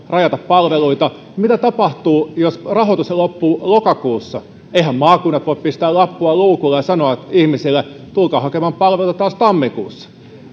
rajata palveluita mitä tapahtuu jos rahoitus loppuu lokakuussa eiväthän maakunnat voi pistää lappua luukulle ja sanoa ihmisille tulkaa hakemaan palveluita taas tammikuussa